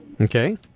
Okay